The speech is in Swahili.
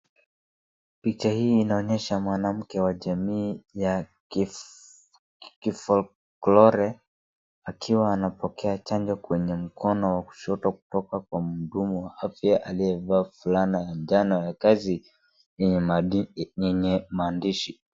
Picha hii inaonyesha mwanamke wa jamii ya kisokore akiwa anapokea chanjo kwenye mkono wa kushoto kutoka kwa mhudumu afya aliyevaa fulana ya njano ya kazi yenye maandishi.